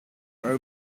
our